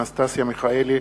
אנסטסיה מיכאלי,